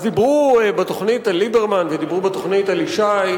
אז דיברו בתוכנית על ליברמן ודיברו בתוכנית על ישי,